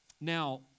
Now